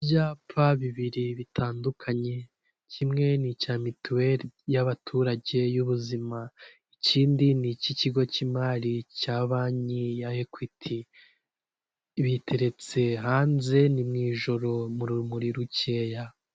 Ibyapa bibiri bitandukanye; kimwe n'icya mituweli y'abaturage y'ubuzima, ikindi nicy'ikigo cy'imari cya banki ya ekwiti, biteretse hanze ni mu ijoro mu rumuri rukeya.